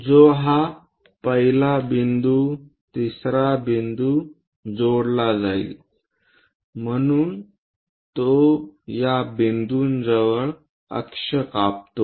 जो हा पहिला बिंदू तिसरा बिंदू जोडला जाईल म्हणून तो या बिंदूजवळ अक्ष कापतो